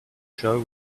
show